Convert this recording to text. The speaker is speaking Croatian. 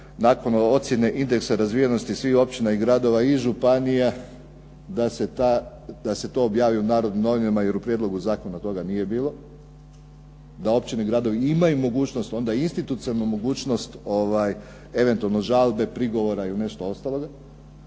nakon ocjene indeksa razvijenosti svih općina i gradova i županija da se to objavi u Narodnim novinama jer u Prijedlogu zakona toga nije bilo, da općine i gradovi imaju institucionalnu mogućnost eventualno žalbe, prigovora i svega ostaloga.